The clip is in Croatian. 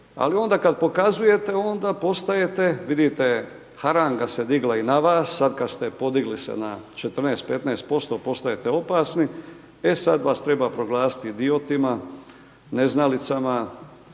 ali onda kad pokazujete, onda postajete vidite, haranga se digla i na vas sad kad ste podigli se na 14, 15%, postajete opasni, e sad vas treba proglasiti idiotima, neznalicama,